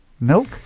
milk